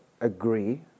agree